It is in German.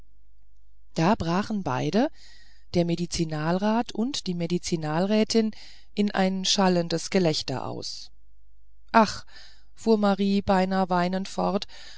da brachen beide der medizinalrat und die medizinalrätin in ein schallendes gelächter aus ach fuhr marie beinahe weinend fort